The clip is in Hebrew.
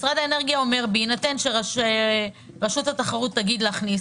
משרד האנרגיה אומר: בהינתן שרשות התחרות תגיד להכניס,